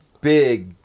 big